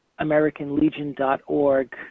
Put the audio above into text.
AmericanLegion.org